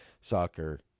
soccer